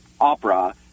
opera